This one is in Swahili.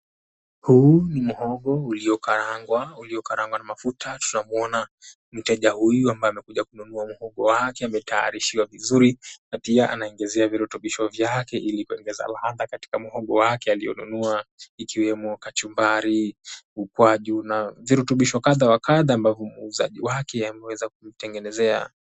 Huu ni mhogo uliokarangwa na mafuta tunamuona mteja huyu ambae amekuja kununua mhogo wake akiwa ametaarishiwa vizuri na pia anaongezea virutubishi vyake ili kuongeza ladha katika mhogo wake alionunua ikiwemo kachumbari, ukwaju na virutubisho kadha wa kadha ambavyo muuzaji wake ameweza kumutengenezea.